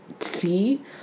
see